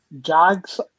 Jags